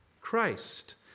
Christ